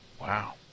Wow